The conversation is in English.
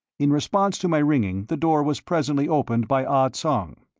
in response to my ringing the door was presently opened by ah tsong.